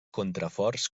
contraforts